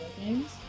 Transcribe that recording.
games